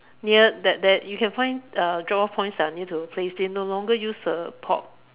near that that you can find uh the drop off points are nearer to your place they no longer use the POP